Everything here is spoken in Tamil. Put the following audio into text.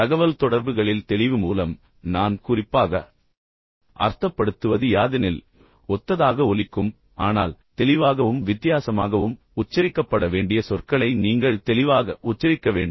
தகவல்தொடர்புகளில் தெளிவு மூலம் நான் குறிப்பாக அர்த்தப்படுத்துவது யாதெனில் ஒத்ததாக ஒலிக்கும் ஆனால் தெளிவாகவும் வித்தியாசமாகவும் உச்சரிக்கப்பட வேண்டிய சொற்களை நீங்கள் தெளிவாக உச்சரிக்க வேண்டும்